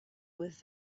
with